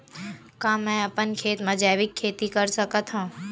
का मैं अपन खेत म जैविक खेती कर सकत हंव?